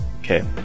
Okay